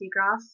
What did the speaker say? seagrass